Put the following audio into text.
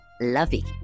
lovey